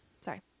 Sorry